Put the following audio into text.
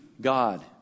God